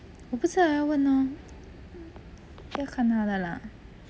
我不知道要问 lor 要看他的 lah